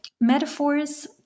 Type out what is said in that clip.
metaphors